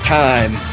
time